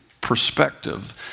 perspective